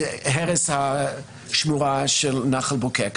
והרס השמורה של נחל בוקק.